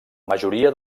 majoria